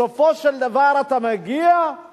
בסופו של דבר אתה מגיע לזה